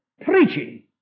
preaching